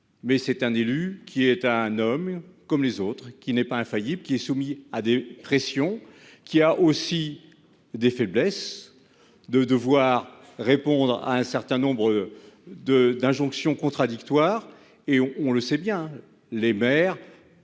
Mais c'est un élu qui est un homme comme les autres qui n'est pas infaillible, qui est soumis à des pressions qui a aussi des faiblesses. De devoir répondre à un certain nombre de d'injonctions contradictoires et on on le sait bien, les maires